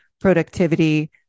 productivity